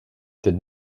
did